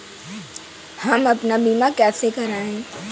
हम अपना बीमा कैसे कराए?